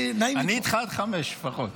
אני איתך עד 17:00 לפחות.